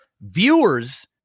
viewers